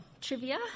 trivia